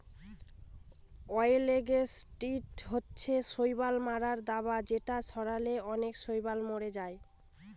অয়েলগেসাইড হচ্ছে শৈবাল মারার দাবা যেটা ছড়ালে অনেক শৈবাল মরে যায়